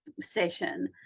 session